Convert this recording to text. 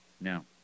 Now